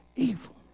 evil